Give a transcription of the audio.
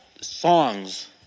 songs